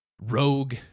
rogue